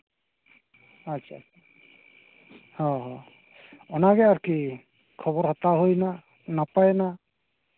ᱟᱪᱪᱷᱟ ᱟᱪᱪᱷᱟ ᱦᱮᱸ ᱦᱮᱸ ᱚᱱᱟᱜᱮ ᱟᱨᱠᱤ ᱠᱷᱚᱵᱚᱨ ᱦᱟᱛᱟᱣ ᱦᱩᱭᱱᱟ ᱱᱟᱯᱟᱭ ᱮᱱᱟ